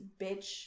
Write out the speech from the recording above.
bitch